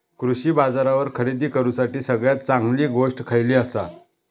कृषी बाजारावर खरेदी करूसाठी सगळ्यात चांगली गोष्ट खैयली आसा?